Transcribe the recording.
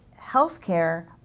healthcare